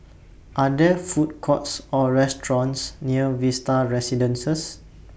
Are There Food Courts Or restaurants near Vista Residences